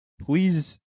please